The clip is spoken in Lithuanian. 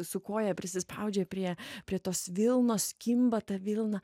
su koja prisispaudžia prie prie tos vilnos kimba ta vilna